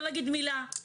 לא להגיד מילה,